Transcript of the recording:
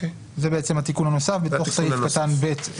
זה בעצם התיקון הנוסף בתוך סעיף קטן (ב).